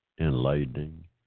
enlightening